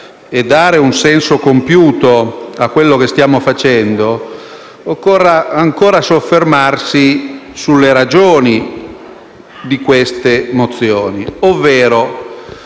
e dare un senso compiuto a quello che stiamo facendo, occorra ancora soffermarsi sulle ragioni di tali atti di indirizzo.